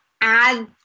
add